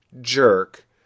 jerk